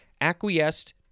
acquiesced